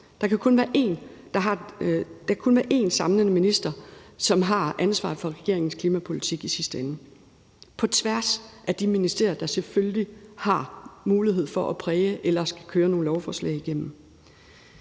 Der kan kun være én samlende minister, som har ansvaret for regeringens klimapolitik i sidste ende – på tværs af de ministerier, der selvfølgelig har mulighed for at præge eller også kan køre nogle lovforslag igennem.